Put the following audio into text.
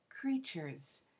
creatures